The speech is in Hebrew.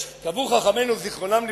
קבעו חכמינו זיכרונם לברכה,